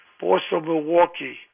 Boston-Milwaukee